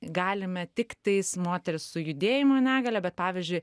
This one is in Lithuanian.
galime tiktais moteris su judėjimo negalia bet pavyzdžiui